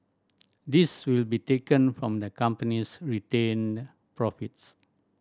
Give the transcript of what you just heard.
this will be taken from the company's retained profits